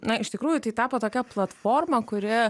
na iš tikrųjų tai tapo tokia platforma kuri